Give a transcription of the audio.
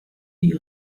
die